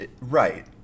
right